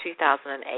2008